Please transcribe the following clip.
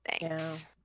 thanks